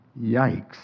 Yikes